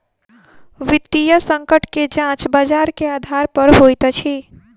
वित्तीय संकट के जांच बजार के आधार पर होइत अछि